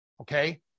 Okay